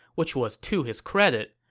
which was to his credit.